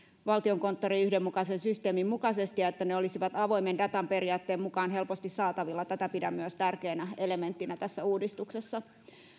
valtiokonttorin yhdenmukaisen systeemin mukaisesti ja että ne olisivat avoimen datan periaatteen mukaan helposti saatavilla tätä pidän myös tärkeänä elementtinä tässä uudistuksessa